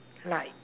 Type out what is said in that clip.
like